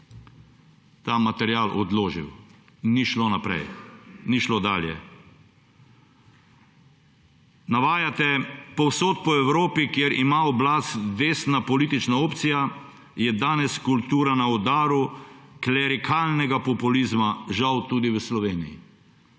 ta material odložil. Ni šlo naprej. Ni šlo dalje. Navajate – povsod po Evropi, kjer ima oblast desna politična opcija, je danes kultura na udaru klerikalnega populizma, žal tudi v Sloveniji.